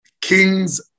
Kings